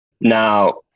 Now